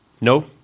No